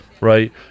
right